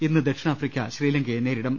ഇന്ന് ദക്ഷിണാഫ്രിക്ക ശ്രീലങ്കയെ നേരിടും